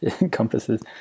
encompasses